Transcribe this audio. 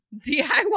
DIY